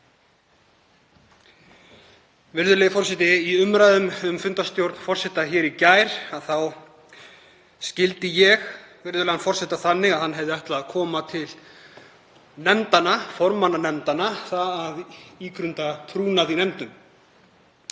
Virðulegi forseti. Í umræðum um fundarstjórn forseta hér í gær skildi ég virðulegan forseta þannig að hann hefði ætla að koma því til nefndanna, formanna nefndanna, að ítreka trúnað í nefndum.